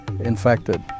infected